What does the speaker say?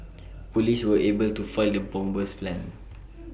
Police were able to foil the bomber's plans